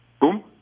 Boom